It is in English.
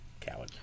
Coward